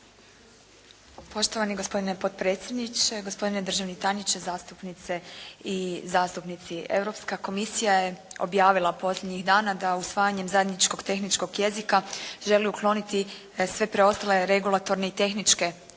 Poštovani gospodine potpredsjedniče, gospodine državni tajniče, zastupnice i zastupnici. Europska komisija je objavila posljednjih dana da usvajanjem zajedničkog tehničkog jezika želi ukloniti sve preostale regulatorne i tehničke prepreke